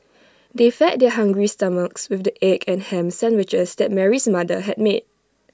they fed their hungry stomachs with the egg and Ham Sandwiches that Mary's mother had made